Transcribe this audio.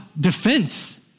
defense